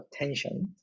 attention